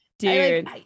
Dude